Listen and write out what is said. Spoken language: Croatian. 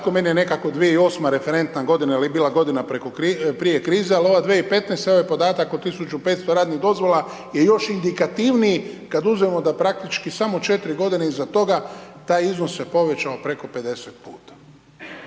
Meni je nekako 2008. referentna godina jer je bila godina prije krize ali ova 2015. i ovaj podatak o 1500 radnih dozvola je još indikativniji kad uzmemo da praktički samo 4 godine iza toga taj iznos se povećao preko 50 puta.